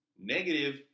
Negative